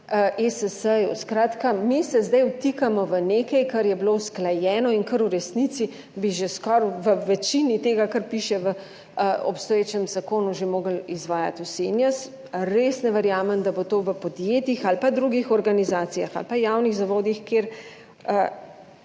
ESS-ju. Skratka, mi se zdaj vtikamo v nekaj, kar je bilo usklajeno in kar v resnici bi že skoraj v večini tega, kar piše v obstoječem zakonu že morali izvajati vsi. Jaz res ne verjamem, da bo to v podjetjih ali pa drugih organizacijah ali pa javnih zavodih, kjer